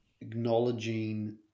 acknowledging